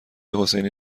حسینی